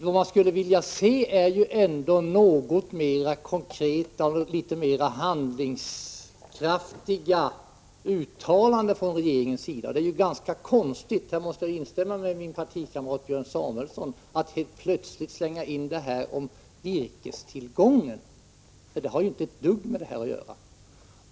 Vad jag skulle vilja höra är något mer konkreta och mer handlingskraftiga uttalanden från regeringen. Jag måste instämma med min partikamrat Björn Samuelson att det är konstigt att helt plötsligt slänga in detta om virkestillgången. Det har inte ett dugg med saken att skaffa.